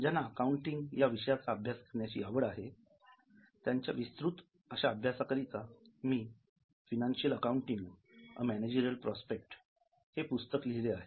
ज्यांना अकाउंटिंग या विषयाचा अभ्यास करण्याची आवड आहे त्यांच्या विस्तृत अभ्यासाकरिता मी 'financial accounting a managerial prospect' हे पुस्तक लिहिले आहे